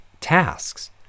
tasks